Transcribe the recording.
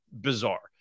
bizarre